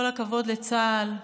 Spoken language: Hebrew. כל הכבוד לצה"ל.